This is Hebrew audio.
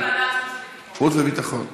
ועדת החוץ והביטחון.